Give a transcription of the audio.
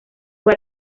fue